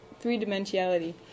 three-dimensionality